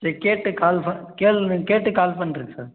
சரி கேட்டுவிட்டு கால் பண் கேள் கேட்டு கால் பண்ணுறேங்க சார்